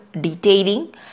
detailing